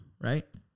right